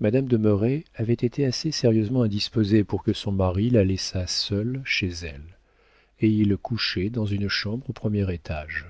madame de merret avait été assez sérieusement indisposée pour que son mari la laissât seule chez elle et il couchait dans une chambre au premier étage